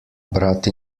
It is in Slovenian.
brat